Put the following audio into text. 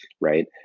Right